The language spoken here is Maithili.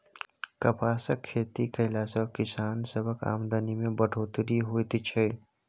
कपासक खेती कएला से किसान सबक आमदनी में बढ़ोत्तरी होएत छै